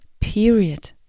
period